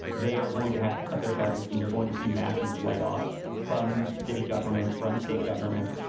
they are going to have to cut their budgets and you're going to see massive layoffs from city governments, from state governments.